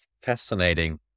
fascinating